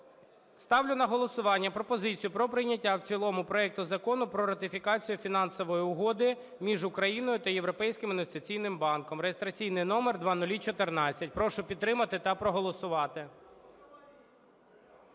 Ставлю на голосування пропозицію про прийняття в цілому проекту Закону про ратифікацію Фінансової угоди між Україною та Європейським інвестиційним банком (реєстраційний номер 0014). Прошу підтримати та проголосувати.